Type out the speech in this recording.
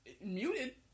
muted